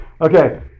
Okay